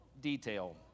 detail